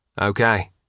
Okay